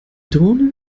drohne